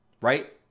right